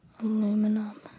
Aluminum